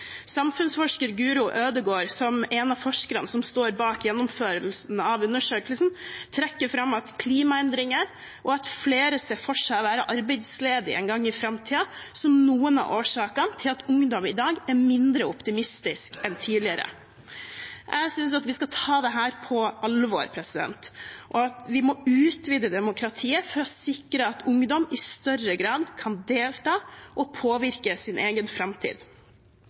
Samfunnsforsker Guro Ødegård, som er en av forskerne som står bak gjennomføringen av undersøkelsen, trekker fram klimaendringer og at flere ser for seg å være arbeidsledige en gang i framtiden, som noen av årsakene til at ungdom i dag er mindre optimistiske enn tidligere. Jeg synes vi skal ta dette på alvor, og at vi må utvide demokratiet for å sikre at ungdom i større grad kan delta og påvirke sin egen framtid.